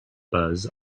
buzz